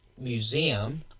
museum